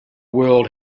world